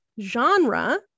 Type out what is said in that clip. genre